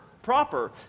proper